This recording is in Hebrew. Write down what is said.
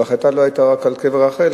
אבל ההחלטה לא היתה רק על קבר רחל.